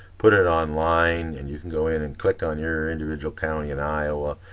put it online, and you can go in and click on your individual counties in iowa,